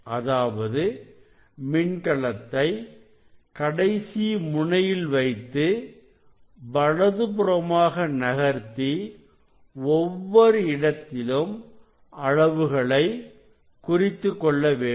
அதாவது மின்கலத்தை கடைசி முனையில் வைத்து வலது புறமாக நகர்த்தி ஒவ்வொரு இடத்திலும் அளவுகளை குறித்துக்கொள்ள வேண்டும்